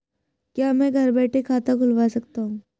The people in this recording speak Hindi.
क्या मैं घर बैठे खाता खुलवा सकता हूँ?